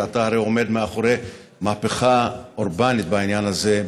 ואתה הרי עומד מאחורי מהפכה אורבנית בעניין הזה,